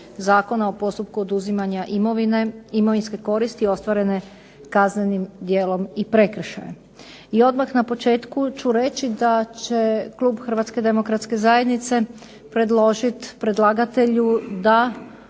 Hrvatske demokratske zajednice